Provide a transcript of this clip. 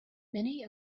many